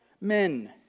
men